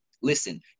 listen